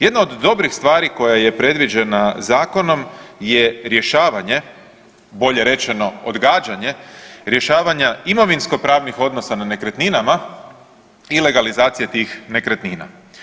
Jedna od dobrih stvari koja je predviđena zakonom je rješavanje bolje rečeno odgađanje rješavanja imovinskopravnih odnosa na nekretninama i legalizacija tih nekretnina.